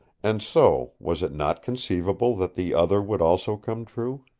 and so was it not conceivable that the other would also come true?